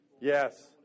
Yes